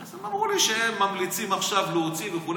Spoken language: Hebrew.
הם אמרו לי שהם ממליצים עכשיו להוציא וכו',